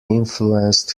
influenced